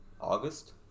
August